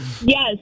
Yes